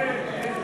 כן, כן.